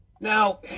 Now